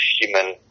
human